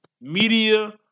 media